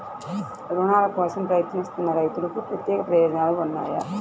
రుణాల కోసం ప్రయత్నిస్తున్న రైతులకు ప్రత్యేక ప్రయోజనాలు ఉన్నాయా?